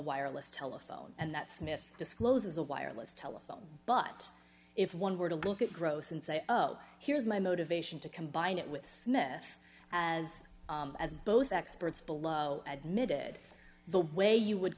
wireless telephone and that smith discloses a wireless telephone but if one were to look at gross and say oh here's my motivation to combined it with sniff as as both experts below ad mid the way you would